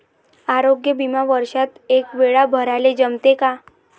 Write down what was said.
आरोग्य बिमा वर्षात एकवेळा भराले जमते का?